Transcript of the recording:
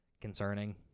concerning